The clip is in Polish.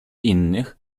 innych